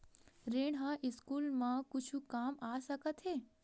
ऋण ह स्कूल मा कुछु काम आ सकत हे?